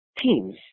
teams